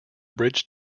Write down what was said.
bridge